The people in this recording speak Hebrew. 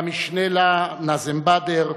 והמשנה לה נאזם באדר,